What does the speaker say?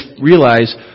realize